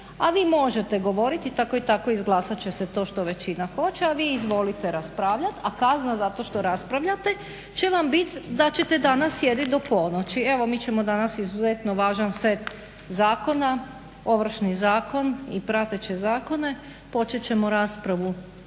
a vi možete govoriti tako i tako izglasat će se to što većina hoće, a vi izvolite raspravljati a kazna za to što raspravljate će vam biti da ćete danas sjediti do ponoći. Evo mi ćemo danas izuzetno važan set zakona Ovršni zakon i prateće zakone počet ćemo raspravu